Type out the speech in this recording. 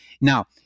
Now